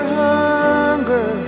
hunger